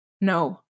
No